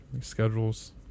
Schedules